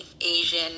asian